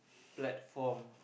platform